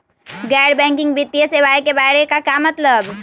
गैर बैंकिंग वित्तीय सेवाए के बारे का मतलब?